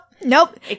nope